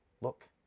Look